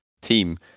team